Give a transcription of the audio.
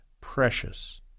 precious